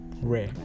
rare